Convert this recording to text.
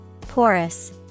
Porous